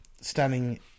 standing